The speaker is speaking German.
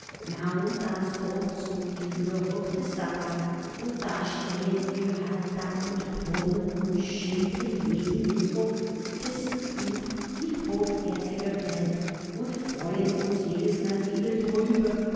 na und da is doch su viel verrücktes dabei und da stehn wir halt da und brummen und schimpfen jeden mittwoch a bissel uff die hoffärtige welt und freuen uns jedesmal wieder drüber